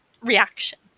reaction